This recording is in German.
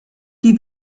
die